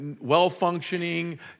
well-functioning